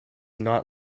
not